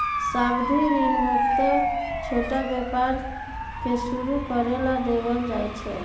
सावधि ऋण मुख्यत छोटा व्यापार के शुरू करे ला देवल जा हई